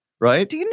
Right